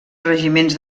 regiments